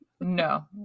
No